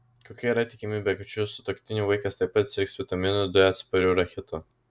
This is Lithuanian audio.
kokia yra tikimybė kad šių sutuoktinių vaikas taip pat sirgs vitaminui d atspariu rachitu